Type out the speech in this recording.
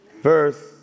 Verse